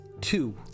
two